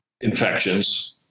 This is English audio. infections